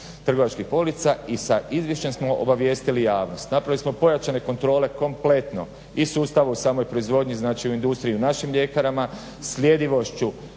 trgovačkih polica i sa izvješćem smo obavijestili javnost. Napravili smo pojačane kontrole, kompletno i sustava u samoj proizvodnji, znači u industriji i u našim mljekarama. Sljedivošću